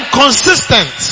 consistent